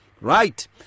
Right